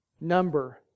number